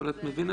אבל את מבינה